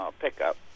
pickup